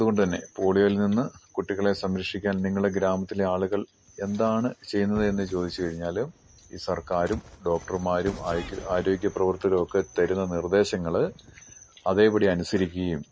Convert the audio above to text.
അതുകൊണ്ട് തന്നെ പോളിയോയിൽ നിന്ന് കുട്ടികളെ സംരക്ഷിക്കാൻ നിങ്ങളുടെ ഗ്രാമത്തിലെ ആളുകൾ എന്താണ് ചെയ്യുന്നത് എന്ന് ചോദിച്ചു കഴിഞ്ഞാൽ ഈ സർക്കാരും ഡോക്ടർമാരും ആരോഗ്യ ആരോഗ്യ പ്രവർത്തകരൊക്കെ തരുന്ന നിർദ്ദേശങ്ങൾ അതേപടി അനുസരിക്കുകേം